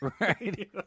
Right